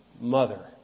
mother